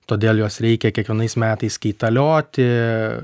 todėl juos reikia kiekvienais metais keitalioti